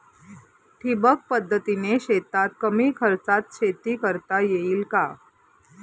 ठिबक पद्धतीने शेतात कमी खर्चात शेती करता येईल का?